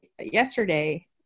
yesterday